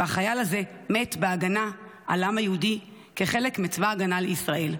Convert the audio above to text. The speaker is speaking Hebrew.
והחייל הזה מת בהגנה על העם היהודי כחלק מצבא ההגנה לישראל.